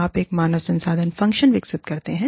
आप एक मानव संसाधन फ़ंक्शन विकसित करते हैं